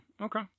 Okay